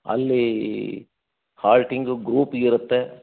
ಅಲ್ಲಿ ಹಾಲ್ಟಿಂಗ್ ಗ್ರೂಪ್ಗೆ ಇರುತ್ತೆ